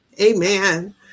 Amen